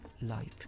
life